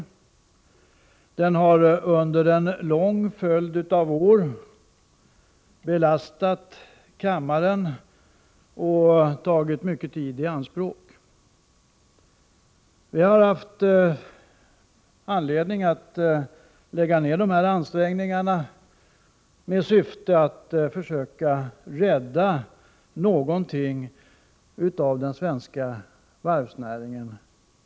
Under en lång följd av år har diskussioner om problemen för varvsoch rederinäringen belastat kammaren och tagit mycken tid i anspråk. Vi har haft anledning att göra de här ansträngningarna i syfte att försöka rädda kvar någonting av den svenska varvsnäringen.